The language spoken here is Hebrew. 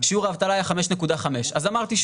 שיעור האבטלה היה 5.5%. אז אמרתי,